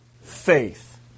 faith